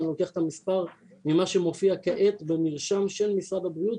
אני לוקח את המספר ממה שמופיע כעת במרשם של משרד הבריאות,